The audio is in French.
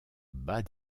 bat